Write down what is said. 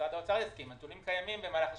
משרד האוצר יסכים שהנתונים קיימים במהלך השנה.